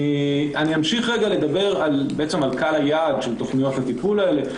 11:30) אני אמשיך לדבר על קהל היעד של תכניות הטיפול האלה.